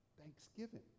thanksgiving